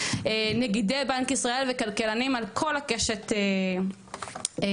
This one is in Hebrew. נגידי בנק ישראל וכלכלנים על כל הקשת הפוליטית,